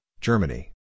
Germany